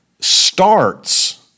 starts